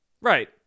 Right